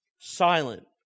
silent